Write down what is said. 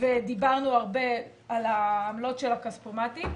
ודיברנו הרבה על העמלות של הכספומטים,